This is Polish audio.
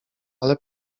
ale